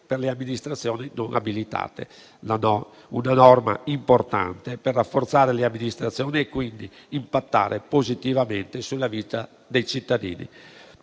per le amministrazioni non abilitate. Si tratta di una norma importante per rafforzare le amministrazioni e quindi impattare positivamente sulla vita dei cittadini.